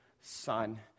son